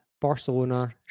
Barcelona